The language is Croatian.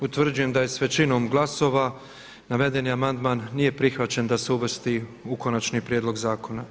Utvrđujem da je sa većinom glasova navedeni amandman nije prihvaćen da se uvrsti u konačni prijedlog zakona.